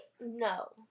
No